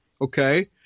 Okay